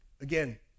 again